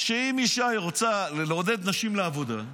שאם רוצים לעודד אישה לצאת לעבודה,